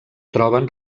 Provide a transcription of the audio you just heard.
troben